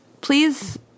please